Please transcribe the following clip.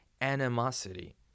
Animosity